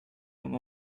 and